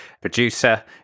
producer